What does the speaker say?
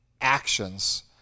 actions